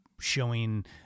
showing